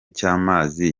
cy’amazi